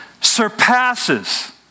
surpasses